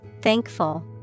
thankful